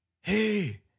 hey